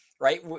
right